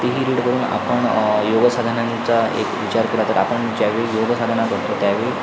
तीही रीड करून आपण योग साधनांचा एक विचार केला तर आपण ज्यावेळी योगसाधना करतो त्यावेळी